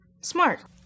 Smart